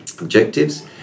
objectives